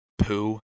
poo